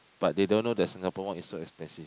but they don't know that Singapore one is so expensive